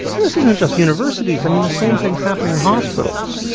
and this isn't just universities. i mean, the same thing is happening in hospitals.